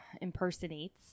impersonates